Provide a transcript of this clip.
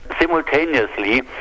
simultaneously